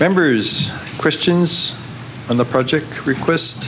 members christians on the project request